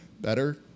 better